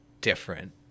different